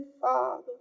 Father